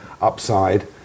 upside